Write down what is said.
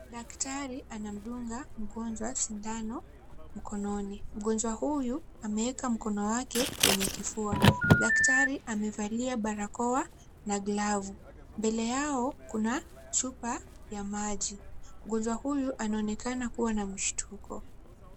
Daktari anamdunga mgonjwa sindano mkononi. Mgonjwa huyu ameweka mkono wake kwenye kifua. Daktari amevalia barakoa na glavu. Mbele yao kuna chupa ya maji. Mgonjwa huyu anaonekana kuwa na mshtuko.